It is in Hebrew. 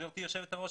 גברתי יושבת הראש,